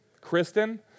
Kristen